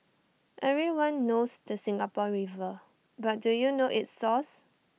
everyone knows the Singapore river but do you know its source